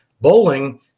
Bowling